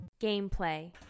Gameplay